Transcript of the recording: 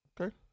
Okay